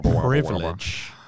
privilege